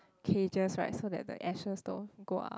cages right so that the ashes don't go out